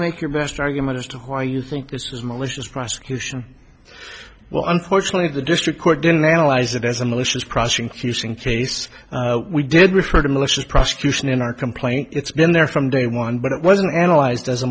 make your best argument as to why you think this is malicious prosecution well unfortunately the district court didn't analyze it as a malicious prosecution case we did refer to malicious prosecution in our complaint it's been there from day one but it wasn't analyzed as a